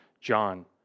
John